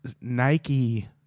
Nike